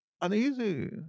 uneasy